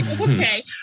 okay